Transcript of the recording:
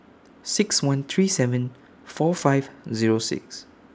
six one three seven four five Zero six